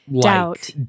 doubt